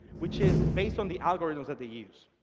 which is based on the algorithms that they use.